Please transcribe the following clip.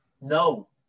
no